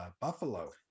Buffalo